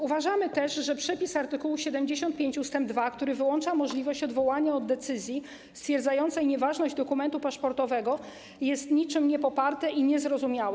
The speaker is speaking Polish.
Uważamy też, że przepis art. 75 ust. 2, który wyłącza możliwość odwołania się od decyzji stwierdzającej nieważność dokumentu paszportowego, jest niczym niepoparty i niezrozumiały.